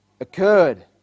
occurred